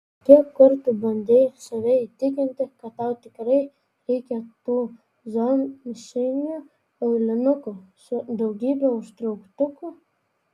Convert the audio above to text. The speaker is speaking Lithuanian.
kiek kartų bandei save įtikinti kad tau tikrai reikia tų zomšinių aulinukų su daugybe užtrauktukų